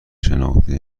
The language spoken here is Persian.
شناخته